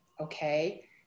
okay